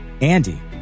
Andy